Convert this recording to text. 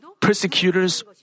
Persecutors